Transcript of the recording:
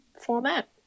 format